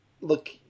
Look